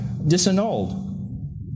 disannulled